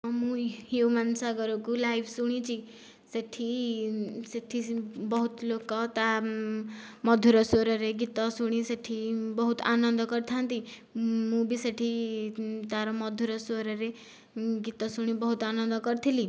ମୁଁ ହ୍ୟୁମାନ ସାଗରକୁ ଲାଇଭ୍ ଶୁଣିଛି ସେଇଠି ସେଇଠି ବହୁତ ଲୋକ ତା ମଧୁର ସ୍ଵରରେ ଗୀତ ଶୁଣି ସେଇଠି ବହୁତ ଆନନ୍ଦ କରିଥାନ୍ତି ମୁଁ ବି ସେଇଠି ତାର ମଧୁର ସ୍ଵରରେ ଗୀତ ଶୁଣି ବହୁତ ଆନନ୍ଦ କରିଥିଲି